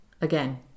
again